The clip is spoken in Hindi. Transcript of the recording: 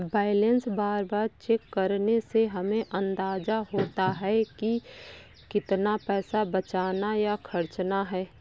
बैलेंस बार बार चेक करने से हमे अंदाज़ा होता है की कितना पैसा बचाना या खर्चना है